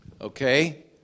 Okay